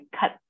cut